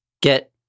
get